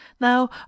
Now